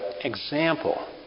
example